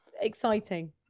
exciting